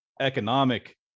economic